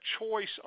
choice